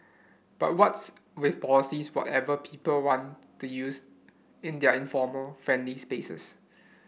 but what's with policing whatever people want to use in their informal friendly spaces